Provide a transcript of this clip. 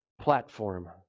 platform